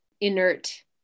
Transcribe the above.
inert